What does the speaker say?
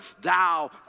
thou